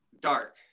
dark